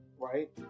right